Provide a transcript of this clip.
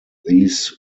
these